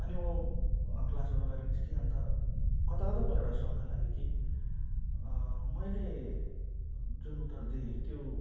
अनि म क्लासबाट बाहिर निस्केँ अन्त कता कता मलाई एउटा शङ्का लाग्यो कि मैले जुन उत्तर दिएँ त्यो